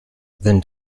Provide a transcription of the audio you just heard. then